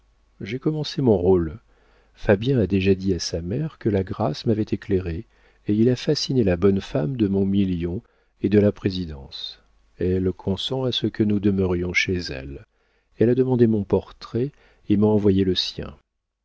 j'ai commencé mon rôle fabien a déjà dit à sa mère que la grâce m'avait éclairée et il a fasciné la bonne femme de mon million et de la présidence elle consent à ce que nous demeurions chez elle elle a demandé mon portrait et m'a envoyé le sien